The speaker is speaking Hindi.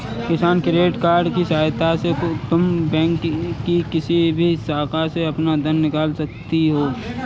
किसान क्रेडिट कार्ड की सहायता से तुम बैंक की किसी भी शाखा से अपना धन निकलवा सकती हो